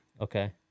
Okay